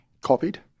copied